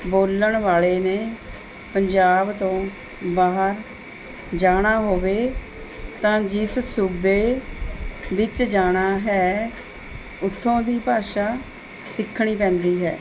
ਬੋਲਣ ਵਾਲ਼ੇ ਨੇ ਪੰਜਾਬ ਤੋਂ ਬਾਹਰ ਜਾਣਾ ਹੋਵੇ ਤਾਂ ਜਿਸ ਸੂਬੇ ਵਿੱਚ ਜਾਣਾ ਹੈ ਉੱਥੋਂ ਦੀ ਭਾਸ਼ਾ ਸਿੱਖਣੀ ਪੈਂਦੀ ਹੈ